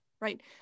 Right